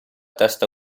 testa